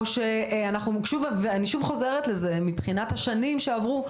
או שאנחנו ואני שוב חוזרת לזה מהבחינה של השנים שעברו,